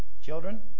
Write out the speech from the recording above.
Children